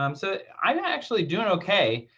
um so i'm actually doing ok.